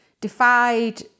defied